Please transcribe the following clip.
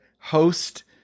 host